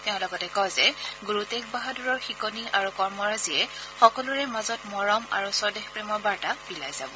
তেওঁ লগতে কয় যে গুৰু টেগ বাহাদুৰৰ শিকনি আৰু কৰ্মৰাজীয়ে সকলোৰে মাজত মৰম আৰু স্বদেশ প্ৰেমৰ বাৰ্তা বিলাই যাব